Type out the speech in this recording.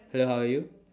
hello how are you